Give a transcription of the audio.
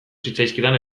zitzaizkidan